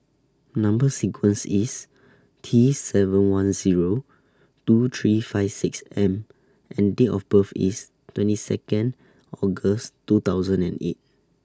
Number sequence IS T seven one Zero two three five six M and Date of birth IS twenty two August two thousand and eight